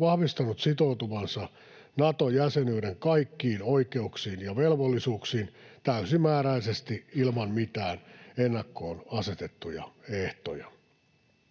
vahvistanut sitoutuvansa Nato-jäsenyyden kaikkiin oikeuksiin ja velvollisuuksiin täysimääräisesti ilman mitään ennakkoon asetettuja ehtoja.